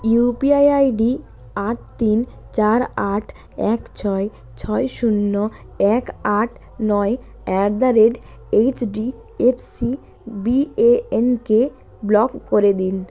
UPI ID আট তিন চার আট এক ছয় ছয় শূন্য এক আট নয় at the rate HDFC B A N K block করে দিন